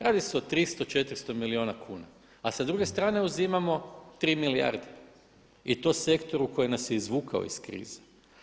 Radi se o 300, 400 milijuna kuna a sa druge strane uzimamo 3 milijarde i to sektoru koji nas je izvukao iz krize.